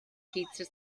pizza